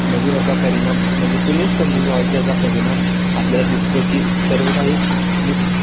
म्हणजे ह्याचा परिणाम म्हणजे तुम्हीच समजून जावा की ह्याचा परिणाम आपल्याला दिसतो की सर्व काही मी सस